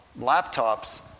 laptops